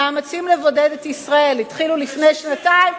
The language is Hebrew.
המאמצים לבודד את ישראל התחילו לפני שנתיים?